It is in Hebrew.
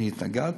אני התנגדתי?